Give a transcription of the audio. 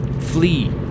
flee